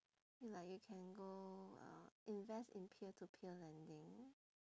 you like you can go uh invest in peer to peer lending